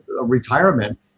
retirement